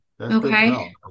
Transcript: Okay